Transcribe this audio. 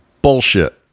bullshit